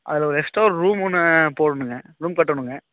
அதில் ஒரு எக்ஸ்டா ஒரு ரூமு ஒன்று போடணுங்க ரூம் கட்டணுங்க